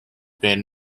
been